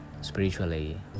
spiritually